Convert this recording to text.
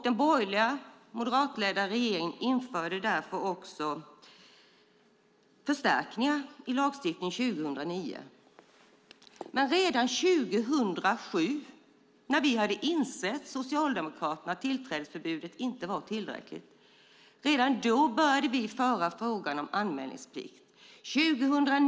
Den borgerliga, moderatledda, regeringen införde förstärkningar i lagstiftningen 2009. Men redan 2007 när vi socialdemokrater hade insett att tillträdesförbudet inte var tillräckligt började vi föra fram frågan om anmälningsplikt.